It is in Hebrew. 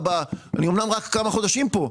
אני אמנם רק כמה חודשים פה,